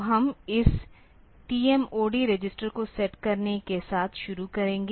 तो हम इस TMOD रजिस्टर को सेट करने के साथ शुरू करेंगे